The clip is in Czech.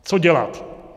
Co dělat?